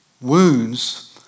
wounds